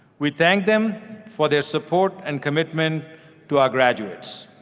we thank them for their support and commitment to our graduates.